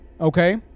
okay